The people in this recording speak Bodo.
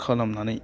खालामनानै